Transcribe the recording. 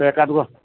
तऽ एक आध गो